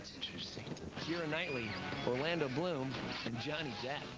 keira knightley orlando bloom and johnny depp.